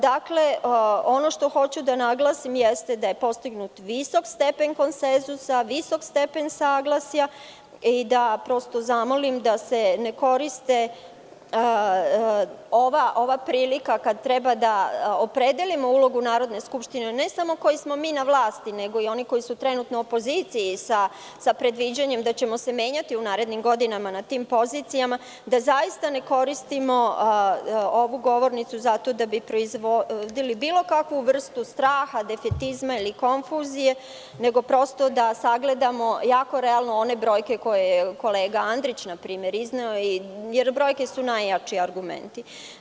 Dakle, ono što hoću da naglasim jeste da je postignut visok stepen konsenzusa, visok stepen saglasja i da prosto zamolim da se ne koristi ova prilika kada treba da opredelimo ulogu Narodne skupštine ne samo koji smo na vlasti, nego i oni koji su trenutno u opoziciji, sa predviđanjem da ćemo se u narednim godinama na tim pozicijama, da zaista ne koristimo ovu govornicu zato da bi proizvodili bilo kakvu vrstu straha, defetizma ili konfuzije, nego prosto da sagledamo jako realno one brojke koje je kolega Andrić npr. izneo, jer brojke su najjači argumenti.